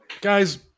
Guys